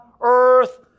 earth